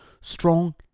strong